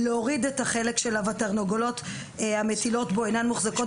להוריד את החלק שהתרנגולות המטילות בו אינן מוחזקות